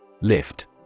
Lift